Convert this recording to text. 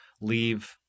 leave